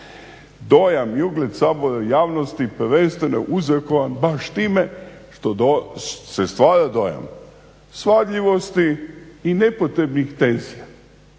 Dojam i ugled Sabora u javnosti prvenstveno je uzrokovan baš time što se stvara dojam svadljivosti i nepotrebnih tenzija.